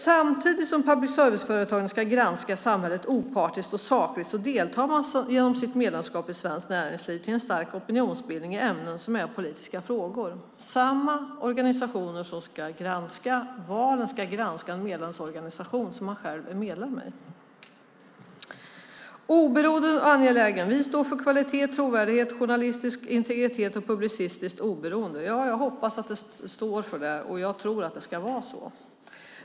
Samtidigt som public service-företagen ska granska samhället opartiskt och sakligt deltar de genom sitt medlemskap i Svenskt Näringsliv till en stark opinionsbildning i ämnen som är politiska frågor. De ska granska den organisation som de själva är medlemmar i. De säger sig stå för kvalitet, trovärdighet, journalistisk integritet och publicistiskt oberoende. Jag hoppas att de står för det. Jag tror att det ska vara så.